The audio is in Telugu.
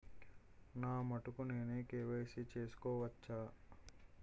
నా మటుకు నేనే కే.వై.సీ చేసుకోవచ్చా?